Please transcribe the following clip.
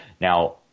Now